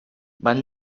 van